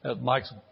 Mike's